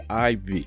IV